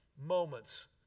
moments